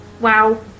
Wow